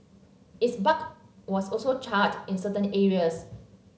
its bark was also charred in certain areas